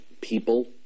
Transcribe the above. people